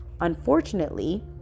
Unfortunately